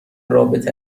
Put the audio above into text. رابطه